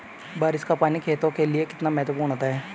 बारिश का पानी खेतों के लिये कितना महत्वपूर्ण होता है?